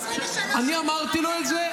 אני אמרתי לו את זה,